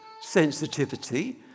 sensitivity